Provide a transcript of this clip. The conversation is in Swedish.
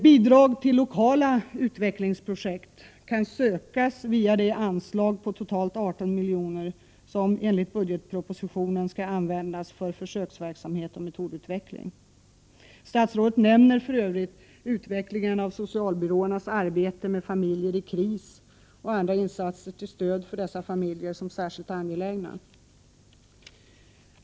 Bidrag till lokala utvecklingsprojekt kan sökas via de anslag på totalt 18 milj.kr. som enligt budgetpropositionen skall användas för försöksverksamhet och metodutveckling. Statsrådet nämner för övrigt utvecklingen av socialbyråernas arbete med familjer i kris och andra insatser till stöd för dessa familjer som särskilt angelägna.